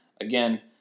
again